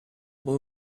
what